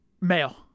Male